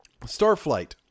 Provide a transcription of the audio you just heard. Starflight